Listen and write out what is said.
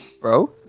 Bro